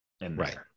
Right